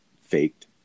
faked